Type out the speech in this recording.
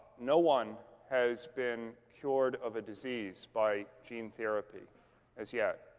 no one has been cured of a disease by gene therapy as yet.